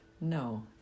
No